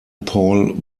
paul